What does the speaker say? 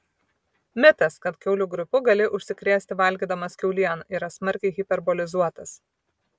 mitas kad kiaulių gripu gali užsikrėsti valgydamas kiaulieną yra smarkiai hiperbolizuotas